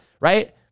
right